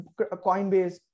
Coinbase